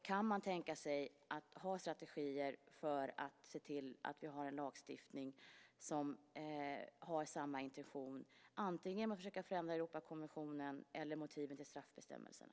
Kan han tänka sig att ha strategier för att se till att vi har en lagstiftning som har samma intention, antingen att försöka främja Europakonventionen eller att se över motiven till straffbestämmelserna.